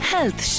Health